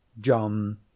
John